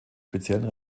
speziellen